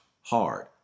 hard